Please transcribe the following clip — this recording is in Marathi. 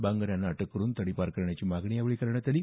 बांगर यांना अटक करून तडीपार करण्याची मागणी यावेळी करण्यात आली